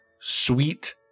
sweet